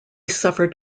suffered